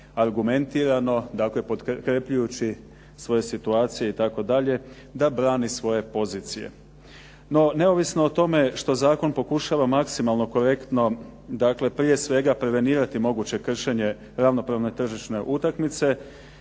argumentirano dakle potkrjepljujući svoje situacije itd. da brani svoje pozicije. No neovisno o tome što zakon pokušava maksimalno korektno dakle prije svega prevenirati moguće kršenje ravnopravne tržišne utakmice